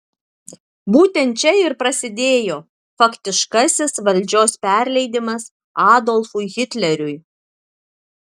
būtent čia ir prasidėjo faktiškasis valdžios perleidimas adolfui hitleriui